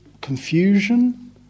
confusion